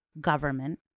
government